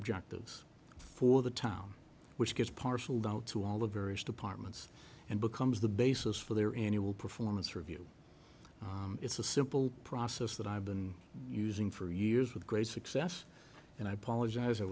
objectives for the town which gets parceled out to all the various departments and becomes the basis for their annual performance review it's a simple process that i've been using for years with great success and i apologize i